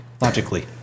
logically